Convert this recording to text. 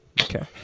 Okay